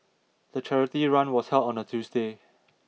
the charity run was held on a Tuesday